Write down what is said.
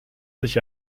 sich